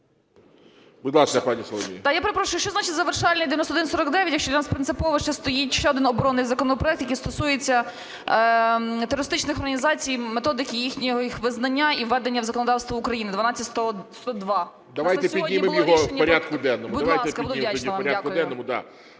Будь ласка, пані Соломія.